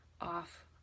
off